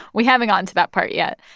we haven't gotten to that part yet.